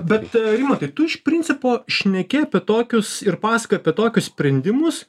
bet rimantai tu iš principo šneki apie tokius ir pasakoji apie tokius sprendimus